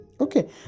Okay